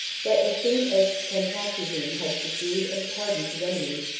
but as soon as cantacuzene had subdued and pardoned his enemies,